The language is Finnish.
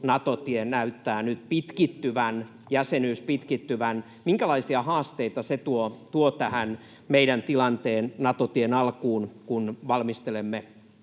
Nato-tie näyttää nyt pitkittyvän, jäsenyys pitkittyvän? Minkälaisia haasteita se tuo tähän meidän tilanteeseen, Nato-tien alkuun, kun valmistelemme